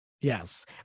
Yes